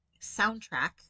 soundtrack